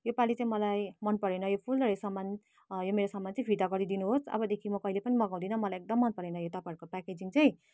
योपालि चाहिँ मलाई मनपरेन यो पुन यो सामान यो मेरो सामान चाहिँ फिर्ता गरिदिनु होस् अबदेखि म कहिले पनि मगाउँदिनँ मलाई एकदम मनपरेन यो तपाईँहरूको प्याकेजिङ चाहिँ